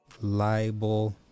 libel